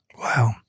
Wow